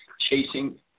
chasing